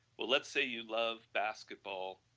well, let's say you love basketball,